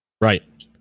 Right